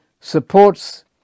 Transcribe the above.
supports